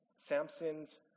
Samson's